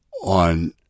on